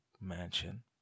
mansion